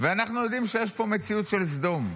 ואנחנו יודעים שיש פה מציאות של סדום,